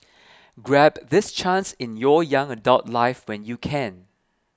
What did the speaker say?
grab this chance in your young adult life when you can